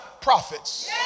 prophets